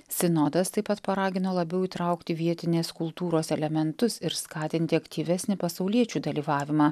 sinodas taip pat paragino labiau įtraukti vietinės kultūros elementus ir skatinti aktyvesnį pasauliečių dalyvavimą